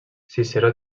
ciceró